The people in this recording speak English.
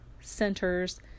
centers